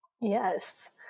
Yes